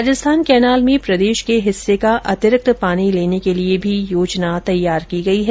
Rajasthan canal में प्रदेश के हिस्से का अतिरिक्त पानी लेने के लिए भी योजना तैयार की गई है